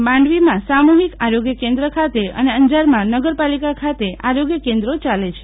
માંડવીમાં સા મુહિક આ રોગ્ય કેન્દ્ર ખાતે અને અંજારમાં નગરપાલિકા ખાતે આરોગ્ય કેન્દ્રો ચાલે છે